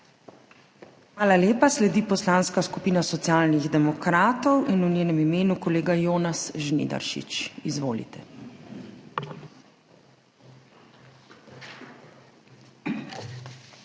Hvala lepa. Sledi Poslanska skupina Socialnih demokratov in v njenem imenu kolega Jonas Žnidaršič. Izvolite. **JONAS